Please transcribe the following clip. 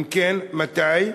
אם כן, מתי?